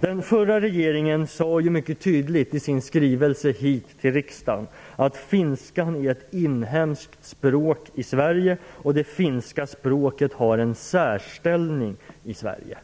Den förra regeringen sade ju mycket tydligt i sin skrivelse till riksdagen att finskan är ett inhemskt språk i Sverige och att det finska språket har en särställning i Sverige.